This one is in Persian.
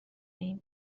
این